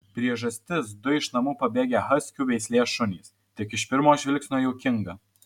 priežastis du iš namų pabėgę haskių veislė šunys tik iš pirmo žvilgsnio juokinga